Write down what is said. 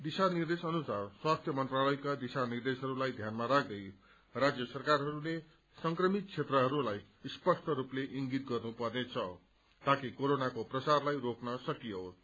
दिशा निर्देश अनुसार स्वास्थ्य मन्त्रालयका दिशा निर्देशहस्ताई ध्यानमा राख्दै राज्य सरकारहस्ले संक्रमित क्षेत्रहस्लाई स्पष्ट रूपले इंगित गर्नु पर्नेछ ताकि क्रेरोनाको प्रसारलाई रोक्न सकियोस्